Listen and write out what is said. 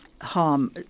harm